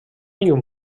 llum